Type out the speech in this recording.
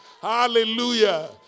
Hallelujah